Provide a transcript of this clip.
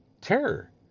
Terror